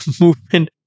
movement